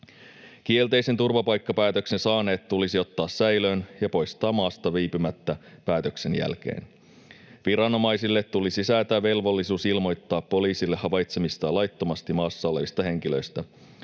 Kielteisen turvapaikkapäätöksen saaneet tulisi ottaa säilöön ja poistaa maasta viipymättä päätöksen jälkeen. Viranomaisille tulisi säätää velvollisuus ilmoittaa poliisille havaitsemistaan laittomasti maassa olevista henkilöistä.